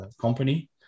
company